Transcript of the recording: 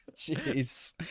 Jeez